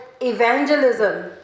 evangelism